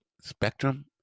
spectrum